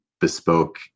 bespoke